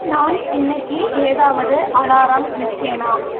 நான் இன்றைக்கி ஏதாவது அலாரம் வச்சேனா